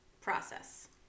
process